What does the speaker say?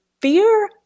fear